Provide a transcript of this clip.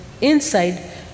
inside